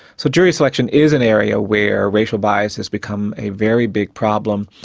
so jury selection is an area where racial bias has become a very big problem,